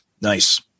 Nice